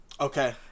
Okay